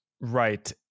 Right